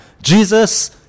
Jesus